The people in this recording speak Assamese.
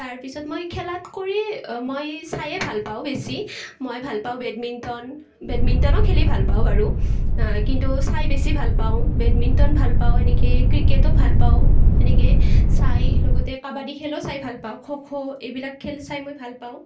তাৰপিছত মই খেলাতকৈ মই চায়ে ভাল পাওঁ বেছি মই ভাল পাওঁ বেডমিণ্টন বেডমিণ্টনো খেলি ভাল পাওঁ বাৰু কিন্তু চাই বেছি ভাল পাওঁ বেডমিণ্টন ভাল পাওঁ এনেকৈ ক্ৰিকেটো ভাল পাওঁ এনেকৈ চাই লগতে কাবাডী খেলো চাই ভাল পাওঁ খো খো এইবিলাক খেল চাই মই ভাল পাওঁ